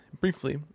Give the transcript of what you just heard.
briefly